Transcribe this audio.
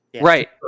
Right